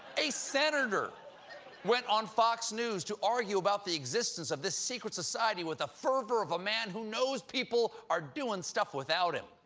a senator! he went on fox news to argue about the existence of this secret society with the fervor of a man who knows people are doing stuff without him.